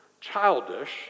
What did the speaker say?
childish